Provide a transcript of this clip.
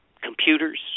computers